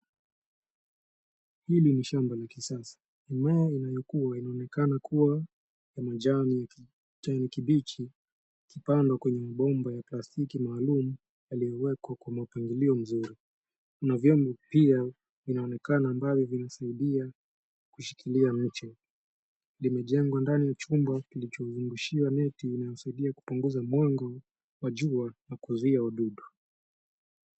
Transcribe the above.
Hili ni shamba la kisasa. Mimea inayokua inaonekana kuwa na majani ya kijani kibichi yakipandwa kwa mabomba ya plastiki maalum yaliyowekwa kwa mapangilio mzuri. Kuna vyombo pia vinaonekana ambayo vinasaidia kushikilia miche. Limejengwa ndani ya chumba kilicho zungushiwa neti inayosaidia kupunguza mwanga wa jua na kuzuia wadudu.